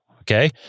okay